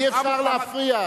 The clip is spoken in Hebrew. אי-אפשר להפריע.